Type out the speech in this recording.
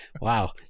Wow